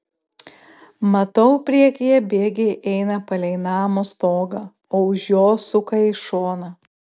matau priekyje bėgiai eina palei namo stogą o už jo suka į šoną